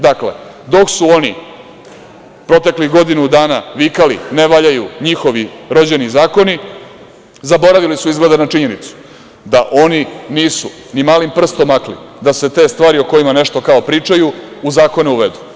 Dakle, dok su oni proteklih godinu dana vikali da ne valjaju njihovi rođeni zakoni, zaboravili su izgleda na činjenicu da oni nisu ni malim prstom makli da se te stvari o kojima kao nešto pričaju u zakone uvedu.